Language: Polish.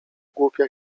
głupia